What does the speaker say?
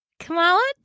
Kamala